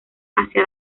hacia